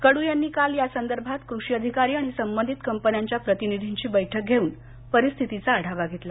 कडू यांनी काल या संदर्भात कृषी अधिकारी आणि संबंधित कंपन्यांच्या प्रतिनिधींची बैठक घेऊन परीस्थितीचा आढावा घेतला